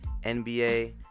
nba